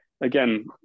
again